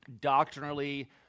doctrinally